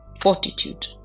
Fortitude